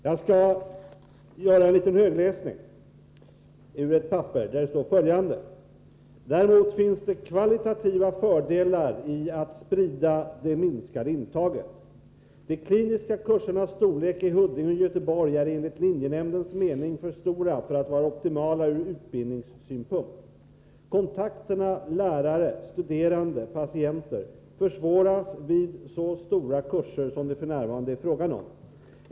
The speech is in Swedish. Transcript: Låt mig läsa högt ur ett papper där det står följande: ”Däremot finns det kvalitativa fördelar i att sprida det minskade intaget. De kliniska kursernas storlek i Huddinge och Göteborg är enligt linjenämndens mening för stora för att vara optimala ur utbildningssynpunkt. Kontakterna lärare-studerande-patienter försvåras vid så stora kurser det fn är fråga om.